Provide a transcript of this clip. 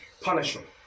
punishment